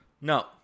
No